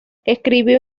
escribió